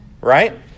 right